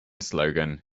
slogan